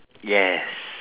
yes